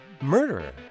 murderer